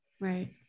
Right